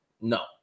no